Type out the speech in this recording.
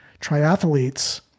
triathletes